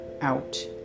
out